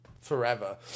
forever